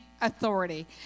authority